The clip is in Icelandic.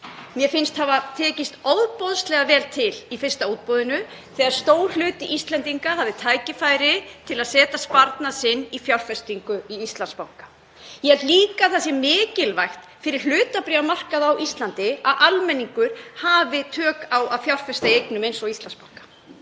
Mér fannst takast ofboðslega vel til í fyrsta útboðinu þegar stór hluti Íslendinga hafði tækifæri til að setja sparnað sinn í fjárfestingu í Íslandsbanka. Ég held líka að það sé mikilvægt fyrir hlutabréfamarkað á Íslandi að almenningur hafi tök á að fjárfesta í eignum eins og Íslandsbanka.